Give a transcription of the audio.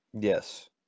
yes